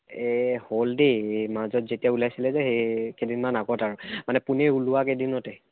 এই হ'ল দেই মাজত যেতিয়া ওলাইছিলে যে সেই কেইদিনমান আগত আৰু মানে পোনেই ওলোৱা কেইদিনত